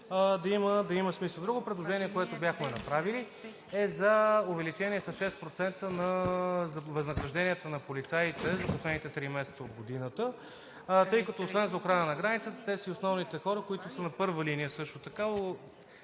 Друго предложение, което бяхме направили, е увеличение с 6% на възнагражденията на полицаите за последните три месеца от годината, тъй като освен за охрана на границата, те са основните хора, които са на първа линия също така,